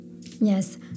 Yes